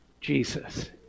Jesus